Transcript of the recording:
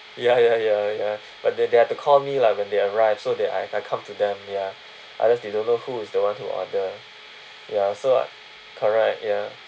ya ya ya ya but they had to call me lah when they arrived so that I I come to them ya otherwise they don't know who is the one who order ya so correct ya